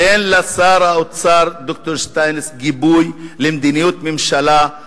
תן לשר האוצר ד"ר שטייניץ גיבוי למדיניות ממשלה,